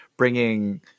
bringing